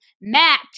Matt